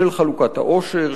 של חלוקת העושר,